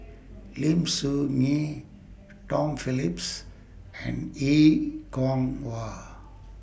Lim Soo Ngee Tom Phillips and A Kwong Wah